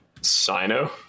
Sino